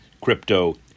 crypto